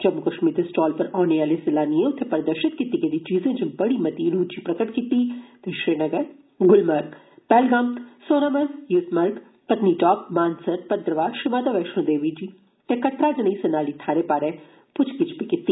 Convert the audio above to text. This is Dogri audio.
जम्मू कश्मीर दे स्टॉल पर औने आहले सैलानिएं उत्थें प्रदर्शित कीती गेदी चीजें च बडी मती रुचि प्रकट कीती ते श्रीनगर ग्लमर्ग पैहलगाम सोनामर्ग यूसमर्ग पत्नीटाप मानसर भद्रवाह श्री माता वैष्णो देवी जी ते कटरा जनेई सैलानी थाहरें बारै पूच्छ गिच्छ कीती